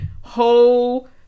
whole